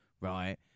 Right